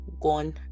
gone